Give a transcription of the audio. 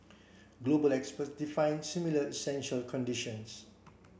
global experts define similar essential conditions